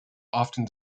often